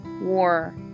War